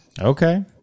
okay